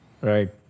Right